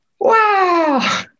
Wow